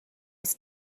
oes